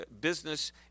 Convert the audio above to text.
business